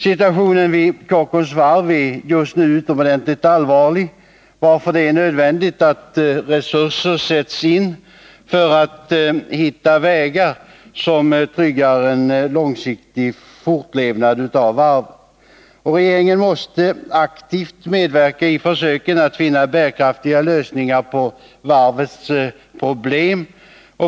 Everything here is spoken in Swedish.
Situationen vid Kockums varv är just nu utomordentligt allvarlig, varför det är nödvändigt att resurser sätts in för att man skall kunna hitta vägar som tryggar en långsiktig fortlevnad av varvet. Regeringen måste aktivt medverka i försöken att finna bärkraftiga lösningar på varvets problem.